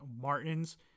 Martins